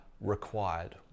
required